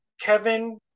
Kevin